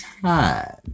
time